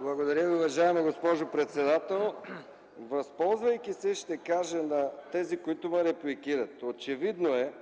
Благодаря, госпожо председател. Възползвайки се, ще кажа на тези, които ме репликират – очевидно е,